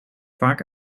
vaak